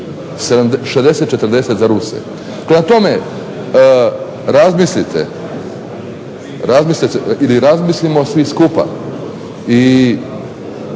60:40 za Ruse. Prema tome, razmislite ili razmislimo svi skupa i